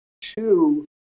Two